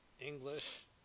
English